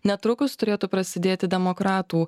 netrukus turėtų prasidėti demokratų